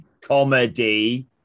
comedy